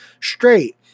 straight